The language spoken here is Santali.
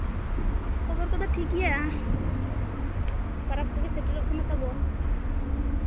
ᱠᱷᱚᱵᱚᱨ ᱠᱚᱫᱚ ᱴᱷᱤᱠ ᱜᱮᱭᱟ ᱯᱚᱨᱚᱵᱽ ᱠᱚᱜᱮ ᱥᱮᱴᱮᱨᱚᱜ ᱠᱟᱱᱟ ᱛᱟᱵᱚᱱ